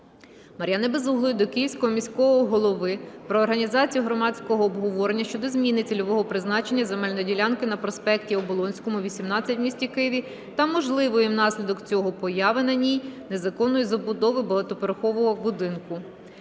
Мар'яни Безуглої до Київського міського голови про організацію громадського обговорення щодо зміни цільового призначення земельної ділянки на проспекті Оболонському, 18 в місті Києві та можливої внаслідок цього появи на ній незаконної забудови (багатоквартирного будинку).